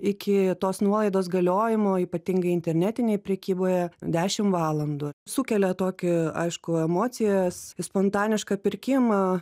iki tos nuolaidos galiojimo ypatingai internetinėj prekyboje dešimt valandų sukelia tokį aiškų emocijos spontanišką pirkimą